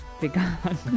began